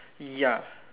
ya